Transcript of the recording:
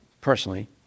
personally